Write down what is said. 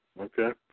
Okay